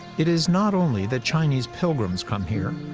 it is not only that chinese pilgrims come here.